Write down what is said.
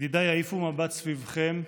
ידידיי, העיפו מבט סביבכם,